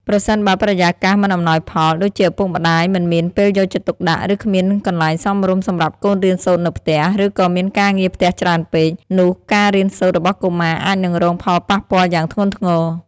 ប្រសិនបើបរិយាកាសមិនអំណោយផល ដូចជាឪពុកម្តាយមិនមានពេលយកចិត្តទុកដាក់ ឬគ្មានកន្លែងសមរម្យសម្រាប់កូនរៀនសូត្រនៅផ្ទះ ឬក៏មានការងារផ្ទះច្រើនពេក នោះការរៀនសូត្ររបស់កុមារអាចនឹងរងផលប៉ះពាល់យ៉ាងធ្ងន់ធ្ងរ។